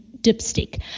dipstick